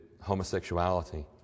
homosexuality